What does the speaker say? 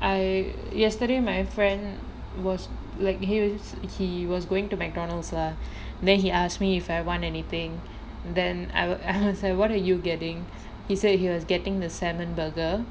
I yesterday my friend was like he wa~ he was going to McDonald's lah then he asked me if I want anything then I wa~ I say what are you getting he said he was getting the salmon burger